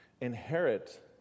inherit